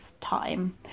time